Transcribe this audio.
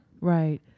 right